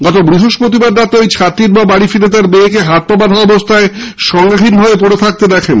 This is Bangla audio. গত বৃহস্পতিবার রাতে ওই ছাত্রীর মা বাড়ি ফিরে তার মেয়েকে হাত পা বাঁধা অবস্থায় সংজ্ঞাহীনভাবে পড়ে থাকতে দেখে